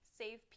save